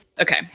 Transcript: okay